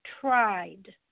tried